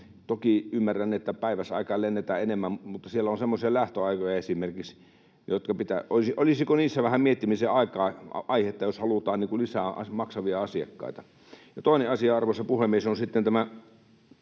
Toki ymmärrän, että päiväsaikaan lennetään enemmän, mutta siellä on esimerkiksi semmoisia lähtöaikoja, että olisikohan niissä vähän miettimisen aihetta, jos halutaan lisää maksavia asiakkaita. Ja toinen asia, arvoisa puhemies, on sitten tämä